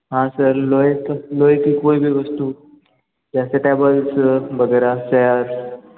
हाँ सर लोहे लोहे की कोई भी वस्तु जैसे टेबल्स वगैरह चेयर्स